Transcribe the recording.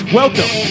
welcome